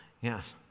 Yes